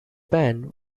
ban